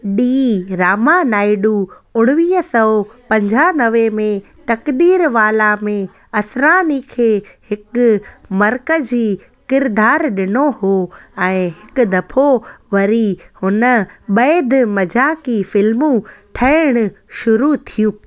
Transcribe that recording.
D Ramanaidu उणिवीह सौ पंजानवे में तक़दीरवाला में असरानी खे हिकु मरक़ज़ी किरदारु डि॒नो हो ऐं हिकु दफ़ो वरी हुन बैदि मज़ाक़ी फिल्मूं ठहण शुरू थियूं